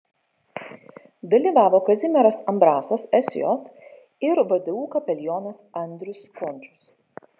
dalyvavo kazimieras ambrasas sj ir vdu kapelionas andrius končius